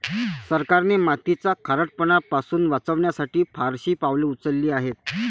सरकारने मातीचा खारटपणा पासून वाचवण्यासाठी फारशी पावले उचलली आहेत